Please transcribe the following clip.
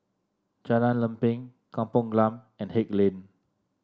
Jalan Lempeng Kampung Glam and Haig Lane